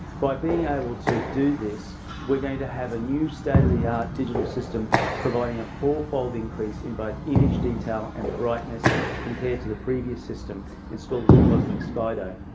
by being able to do this we're going to have a new state of the art digital system providing a fourfold increase in both image detail and brightness compared to the previous system installed in the cosmic sky dome.